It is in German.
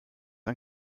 ein